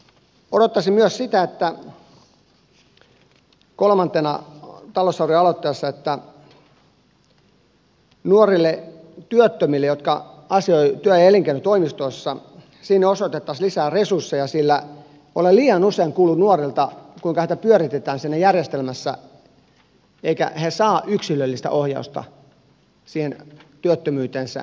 odottaisin myös sitä kolmantena talousarvioaloitteessa että nuorille työttömille jotka asioivat työ ja elinkeinotoimistoissa osoitettaisiin lisää resursseja sillä olen liian usein kuullut nuorilta kuinka heitä pyöritetään siinä järjestelmässä eivätkä he saa yksilöllistä ohjausta siihen työttömyyteensä tai tukeensa